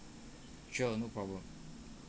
sure no problem